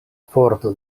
forto